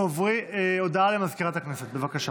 הודעה למזכירת הכנסת, בבקשה.